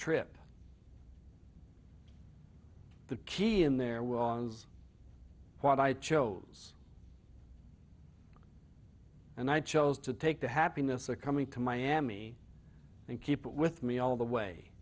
trip the key in there was what i chose and i chose to take the happiness of coming to miami and keep it with me all the way